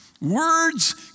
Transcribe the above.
Words